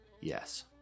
Yes